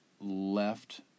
left